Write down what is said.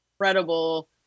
incredible